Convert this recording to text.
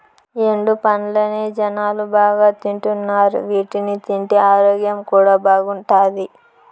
ఎండు పండ్లనే జనాలు బాగా తింటున్నారు వీటిని తింటే ఆరోగ్యం కూడా బాగుంటాది